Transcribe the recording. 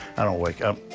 i don't wake up,